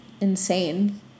insane